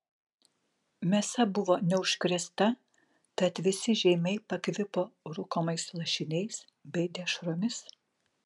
mėsa buvo neužkrėsta tad visi žeimiai pakvipo rūkomais lašiniais bei dešromis